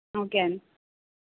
okay అండి